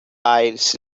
eyes